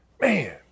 Man